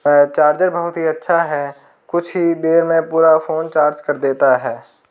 charger बहुत ही अच्छा है कुछ ही देर में पूरा फोन चार्ज कर देता है